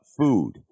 food